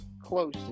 close